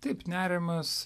taip nerimas